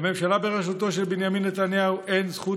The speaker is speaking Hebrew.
לממשלה בראשותו של בנימין נתניהו אין זכות